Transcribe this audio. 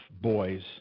boys